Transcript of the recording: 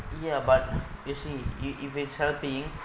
ya but you see you if if it’s helping